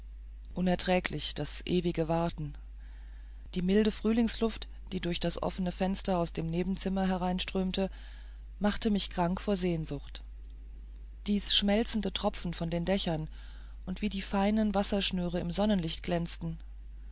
unerträglich das ewige warten die milde frühlingsluft die durch das offene fenster aus dem nebenzimmer hereinströmte machte mich krank vor sehnsucht dies schmelzende tropfen von den dächern und wie die feinen wasserschnüre im sonnenlicht glänzten